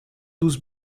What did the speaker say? douze